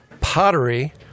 pottery